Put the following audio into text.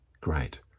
great